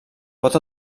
pot